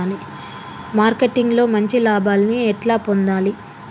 Marketing లో మంచి లాభాల్ని ఎట్లా పొందాలి?